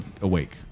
awake